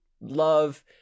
love